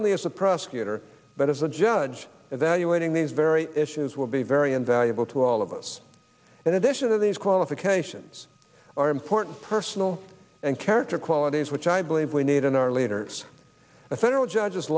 only as a prosecutor but as a judge evaluating these very issues will be very invaluable to all of us in addition to these qualifications are important personal and character qualities which i believe we need in our leaders the federal judges